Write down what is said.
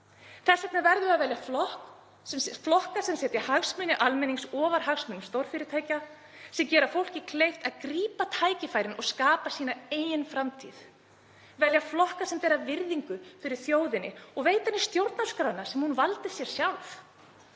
Þess vegna verðum við að velja flokka sem setja hagsmuni almennings ofar hagsmunum stórfyrirtækja sem gera fólki kleift að grípa tækifærin og skapa sína eigin framtíð, velja flokka sem bera virðingu fyrir þjóðinni og veita henni stjórnarskrána sem hún valdi sér sjálf,